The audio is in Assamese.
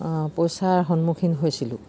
পইচাৰ সন্মুখীন হৈছিলোঁ